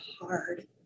hard